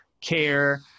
care